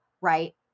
right